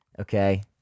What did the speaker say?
Okay